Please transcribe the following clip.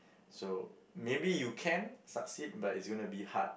so maybe you can succeed but it's gonna be hard